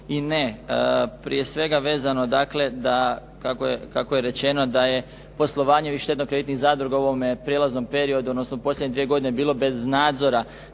i ne. Prije svega, vezano dakle, kako je rečeno da je poslovanje ovih štedno-kreditnih zadruga u ovome prijelaznom periodu, odnosno posljednje dvije godine bilo bez nadzora.